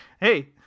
hey